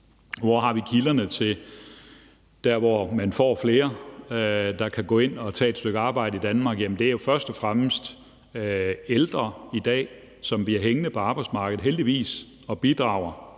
Hvor har vi kilderne til der, hvor man får flere, der kan gå ind at tage et stykke arbejde i Danmark? Det er jo først og fremmest ældre i dag, som bliver hængende på arbejdsmarkedet – heldigvis – og bidrager